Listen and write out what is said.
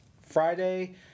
Friday